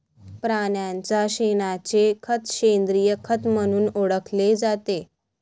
प्राण्यांच्या शेणाचे खत सेंद्रिय खत म्हणून ओळखले जाते